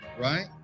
right